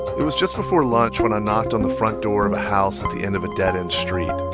it was just before lunch when i knocked on the front door of a house at the and of a dead-end street.